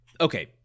Okay